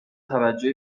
توجه